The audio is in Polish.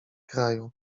kraju